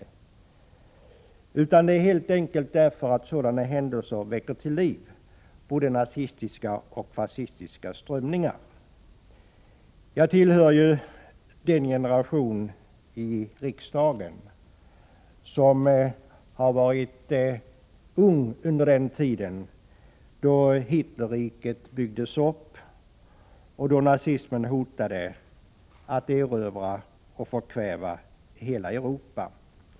Att jag ställt frågan beror helt enkelt på att sådana här händelser väcker till liv både nazistiska och fascistiska strömningar. Jag tillhör ju den generation här i riksdagen som var ung på den tiden då Hitlerriket byggdes upp och då nazismen hotade att erövra och förkväva hela Europa.